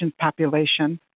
population